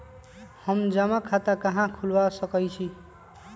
हम जमा खाता कहां खुलवा सकई छी?